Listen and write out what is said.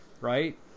right